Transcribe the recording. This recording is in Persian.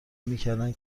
میکردند